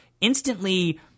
instantly –